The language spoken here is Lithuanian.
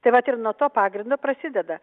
tai vat ir nuo to pagrindo prasideda